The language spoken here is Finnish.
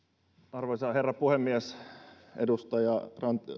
arvoisa herra puhemies edustajan